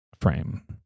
frame